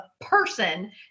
person